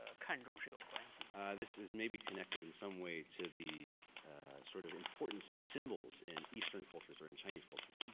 ah kind of um this is maybe connected in some way to the sort of importance of symbols in eastern cultures or in chinese culture.